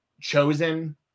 chosen